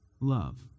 love